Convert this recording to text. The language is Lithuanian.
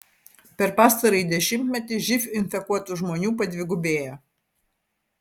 per pastarąjį dešimtmetį živ infekuotų žmonių padvigubėjo